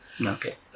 Okay